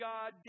God